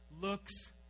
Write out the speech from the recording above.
looks